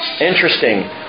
Interesting